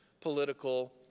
political